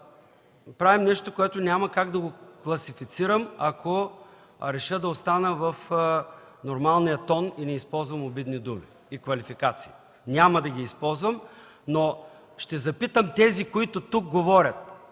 правим нещо, което няма как да го класифицирам, ако реша да остана в нормалният тон и не използвам обидни думи и квалификации. Няма да ги използвам, но ще запитам тези, които говорят